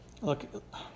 Look